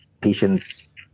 patients